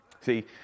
See